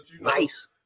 Nice